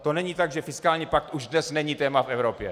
To není tak, že fiskální pakt už dnes není téma v Evropě.